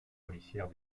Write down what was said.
policière